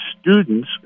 students